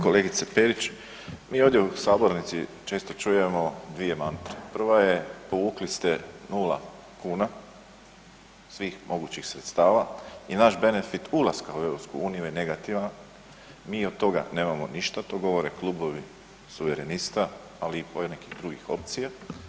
Kolegice Perić, mi ovdje u sabornici često čujemo dvije mantre, prva je povukli ste nula kuna svih mogućih sredstava i naš benefit ulaska u EU je negativan, mi od toga nemamo ništa, to govore klubovi suverenista, ali i ponekih drugih opcija.